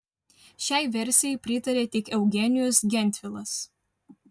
šiai versijai pritarė tik eugenijus gentvilas